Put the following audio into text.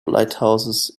lighthouses